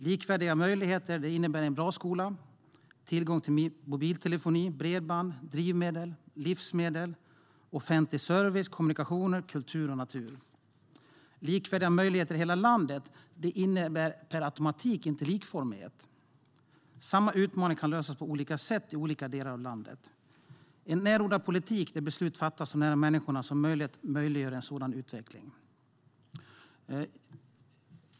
Likvärdiga möjligheter innebär en bra skola och tillgång till mobiltelefoni, bredband, drivmedel, livsmedel, offentlig service, kommunikationer, kultur och natur. Likvärdiga möjligheter i hela landet innebär inte per automatik likformighet. Samma utmaning kan lösas på olika sätt i olika delar av landet. En närodlad politik, där beslut fattas så nara människor som möjligt, möjliggör en sådan utveckling.